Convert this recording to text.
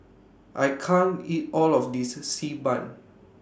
I can't eat All of This Xi Ban